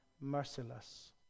merciless